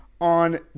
on